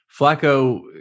Flacco